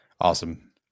Awesome